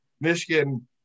Michigan